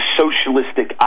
socialistic